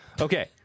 Okay